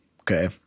Okay